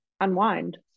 unwind